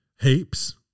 heaps